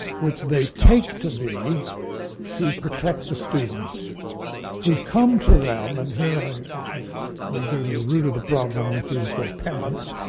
which they take to be to protect the students who come to them, and here we go to the root of the problem, which is their parents,